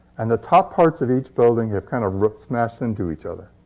and the top parts of each building have kind of smashed into each other.